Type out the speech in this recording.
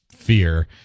fear